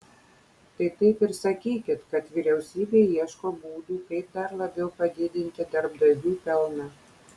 tai taip ir sakykit kad vyriausybė ieško būdų kaip dar labiau padidinti darbdavių pelną